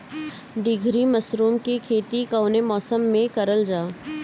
ढीघरी मशरूम के खेती कवने मौसम में करल जा?